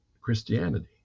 Christianity